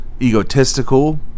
egotistical